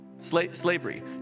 Slavery